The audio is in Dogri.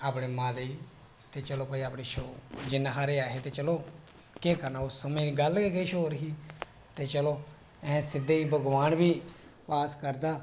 अपनी मां दे चलो फ्ही केह् करना चलो घरे आहले चलो उस समें गल्ल गै किश होर ही ते चलो सिद्धे गी भगवान बी पास करदा